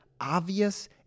obvious